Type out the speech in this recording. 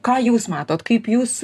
ką jūs matot kaip jūs